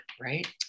right